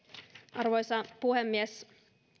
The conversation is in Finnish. arvoisa puhemies